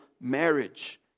marriage